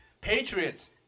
Patriots